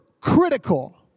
critical